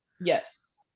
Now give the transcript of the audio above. Yes